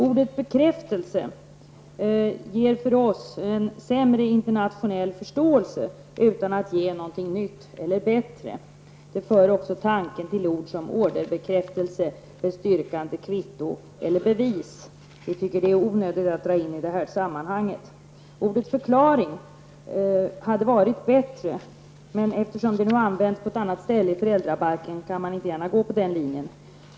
Ordet bekräftelse har sämre internationell förståelse utan att ge något nytt eller bättre. Det för också tanken till ord som orderbekräftelse, bestyrkande kvitto eller bevis. Det tycker jag är onödigt att dra in i detta sammanhang. Ordet förklaring hade varit bättre, men eftersom det används på annat ställe i föräldrabalken går det inte att använda i detta sammanhang.